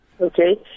Okay